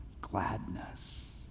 gladness